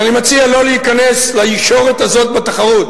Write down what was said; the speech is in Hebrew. אז אני מציע לא להיכנס לישורת הזאת בתחרות.